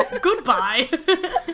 Goodbye